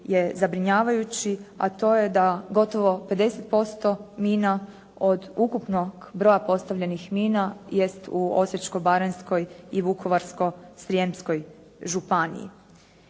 je zabrinjavajući a to je da gotovo 50% mina od ukupnog broja postavljenih mina jest u Osječko-baranjskoj i Vukovarsko-srijemskoj županiji.